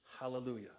Hallelujah